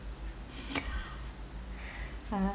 (uh huh)